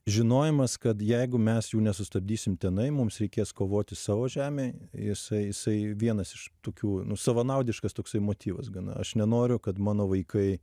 žinojimas kad jeigu mes jų nesustabdysim tenai mums reikės kovoti savo žemėj jisai jisai vienas iš tokių nu savanaudiškas toksai motyvas gana aš nenoriu kad mano vaikai